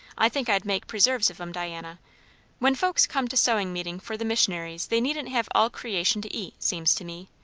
i think i'd make preserves of em, diana when folks come to sewing meeting for the missionaries they needn't have all creation to eat, seems to me.